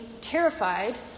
terrified